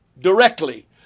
directly